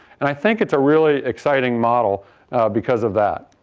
and i think it's a really exciting model because of that.